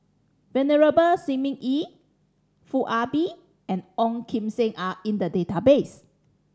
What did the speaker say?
Venerable Shi Ming Yi Foo Ah Bee and Ong Kim Seng are in the database